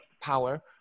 power